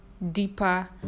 deeper